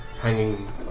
hanging